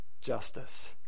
justice